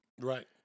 Right